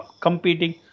competing